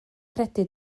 credu